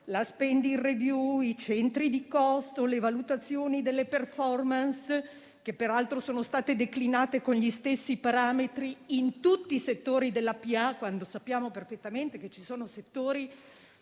la *spending review*, i centri di costo, le valutazioni delle *performance*, che peraltro sono state declinate con gli stessi parametri in tutti i settori della pubblica amministrazione, quando sappiamo perfettamente che ci sono settori